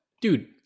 Dude